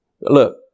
Look